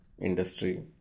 industry